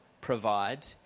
provide